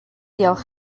явах